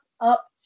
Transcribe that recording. up